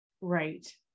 right